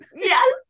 Yes